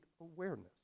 awareness